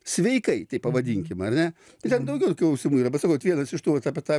sveikai taip pavadinkim ar ne tai ten daugiau klausimų yra bet sakau vat vienas iš tų vat apie tą